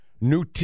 new